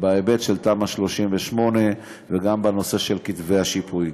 בהיבט של תמ"א 38 וגם בנושא של כתבי השיפוי.